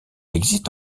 existe